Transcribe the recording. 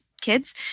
kids